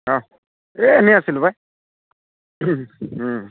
অহ এই এনেই আছিলোঁ পাই